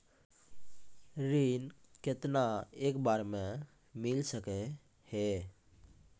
ऋण केतना एक बार मैं मिल सके हेय?